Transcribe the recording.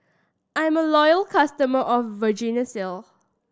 I'm a loyal customer of Vagisil